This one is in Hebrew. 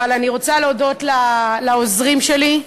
אבל אני רוצה להודות לעוזרים שלי,